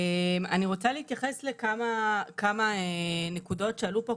אני רוצה להתייחס לכמה נקודות שעלו פה.